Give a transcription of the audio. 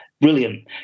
Brilliant